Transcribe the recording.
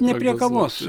ne prie kavos